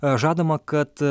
žadama kad